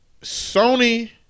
Sony